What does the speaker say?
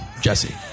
Jesse